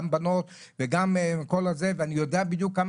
גם בנות וגם כל זה ואני יודע בדיוק כמה